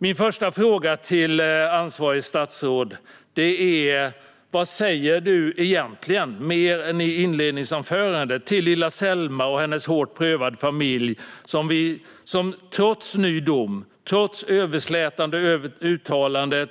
Min första fråga till ansvarigt statsråd är: Vad säger du egentligen, mer än det du sa i inledningsanförandet, till lilla Selma och hennes hårt prövade familj som, trots den nya domen som nu uttolkats, trots överslätande uttalanden